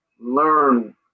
learn